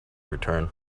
return